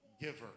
giver